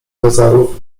bazarów